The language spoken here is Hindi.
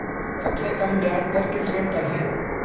सबसे कम ब्याज दर किस ऋण पर है?